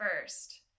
first